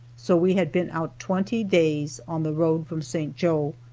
so we had been out twenty days on the road from st. joe.